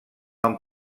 han